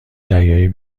دریایی